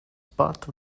part